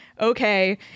okay